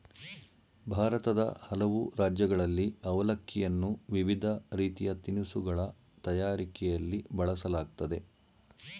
ಭಾರತದ ಹಲವು ರಾಜ್ಯಗಳಲ್ಲಿ ಅವಲಕ್ಕಿಯನ್ನು ವಿವಿಧ ರೀತಿಯ ತಿನಿಸುಗಳ ತಯಾರಿಕೆಯಲ್ಲಿ ಬಳಸಲಾಗ್ತದೆ